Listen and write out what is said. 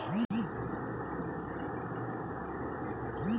Slash and burn কি?